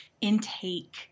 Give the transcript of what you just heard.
intake